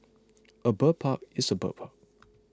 a bird park is a bird park